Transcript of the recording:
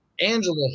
Angela